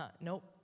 nope